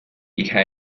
hija